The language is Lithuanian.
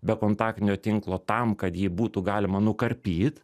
be kontaktinio tinklo tam kad jį būtų galima nukarpyt